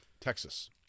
Texas